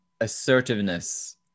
assertiveness